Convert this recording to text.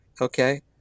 okay